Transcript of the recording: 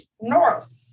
North